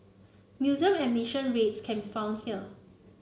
museum admission rates can be found here